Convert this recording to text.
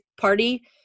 party